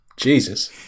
Jesus